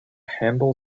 handle